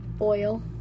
Oil